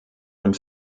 und